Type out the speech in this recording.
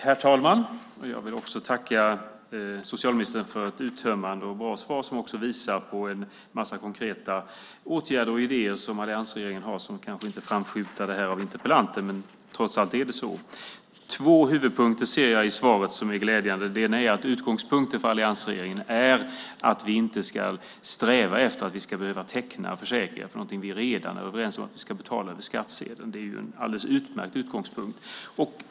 Herr talman! Jag vill tacka socialministern för ett uttömmande och bra svar, som visar på en massa konkreta åtgärder och idéer som alliansregeringen har. Det kanske inte framskymtade hos interpellanten här, men trots allt är det så. Två huvudpunkter ser jag i svaret som är glädjande. Den ena är att utgångspunkten för alliansregeringen är att vi inte ska sträva efter att vi ska behöva teckna försäkringar för någonting vi redan är överens om att vi ska betala över skattsedeln. Det är en alldeles utmärkt utgångspunkt.